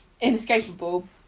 inescapable